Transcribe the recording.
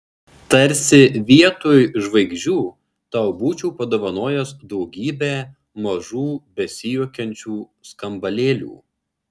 tarsi vietoj žvaigždžių tau būčiau padovanojęs daugybę mažų besijuokiančių skambalėlių